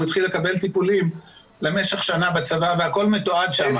הוא התחיל לקבל טיפולים למשך שנה בצבא והכול מתועד שם.